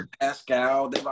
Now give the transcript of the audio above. Pascal